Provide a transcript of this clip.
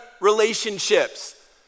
relationships